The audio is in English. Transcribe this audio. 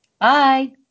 bye